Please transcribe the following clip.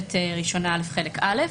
מתוספת ראשונה על חלק א'.